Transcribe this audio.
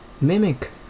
mimic